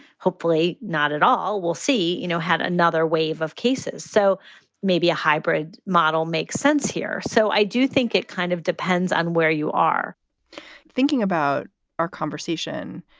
hopefully not at all. we'll see, you know, had another wave of cases. so maybe a hybrid model makes sense here so i do think it kind of depends on where you are thinking about our conversation.